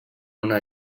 una